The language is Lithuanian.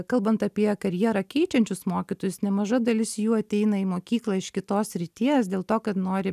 kalbant apie karjerą keičiančius mokytojus nemaža dalis jų ateina į mokyklą iš kitos srities dėl to kad nori